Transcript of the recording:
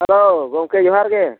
hello ᱜᱚᱢᱠᱮ ᱡᱚᱦᱟᱨ ᱜᱮ